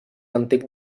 antic